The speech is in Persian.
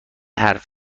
حرف